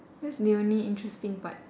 that's the only interesting part